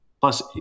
Plus